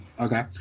okay